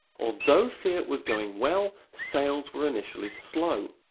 although fiat was going well sales were initially slow,